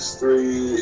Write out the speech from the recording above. three